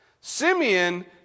Simeon